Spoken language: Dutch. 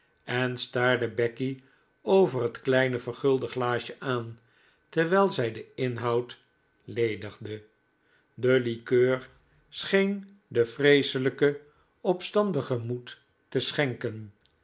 en staarde becky over het kleine vergulde glaasje aan terwijl zij den inhoud ledigde de likeur scheen de vreeselijke opstandelinge moed te schenken